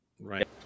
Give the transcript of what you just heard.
right